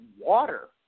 water